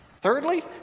Thirdly